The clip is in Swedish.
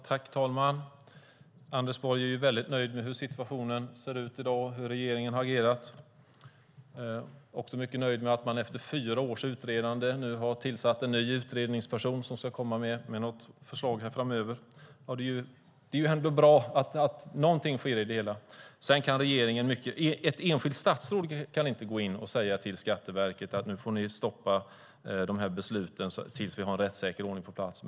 Herr talman! Anders Borg är väldigt nöjd med hur situationen ser ut i dag och hur regeringen har agerat. Han är också mycket nöjd med att man efter fyra års utredande nu har tillsatt en ny utredningsperson som ska komma med något förslag framöver. Det är ju ändå bra att någonting sker i det hela. Ett enskilt statsråd kan inte gå in och säga åt Skatteverket att stoppa de här besluten tills det finns en rättssäker ordning på plats.